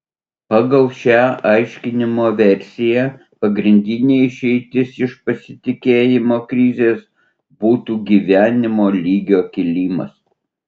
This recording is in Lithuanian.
pagal šią aiškinimo versiją pagrindinė išeitis iš pasitikėjimo krizės būtų gyvenimo lygio kilimas